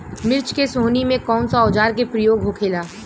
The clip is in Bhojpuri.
मिर्च के सोहनी में कौन सा औजार के प्रयोग होखेला?